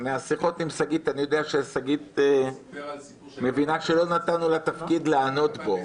מהשיחות עם שגית אני יודע ששגית מבינה שלא נתנו לה תפקיד ליהנות בו,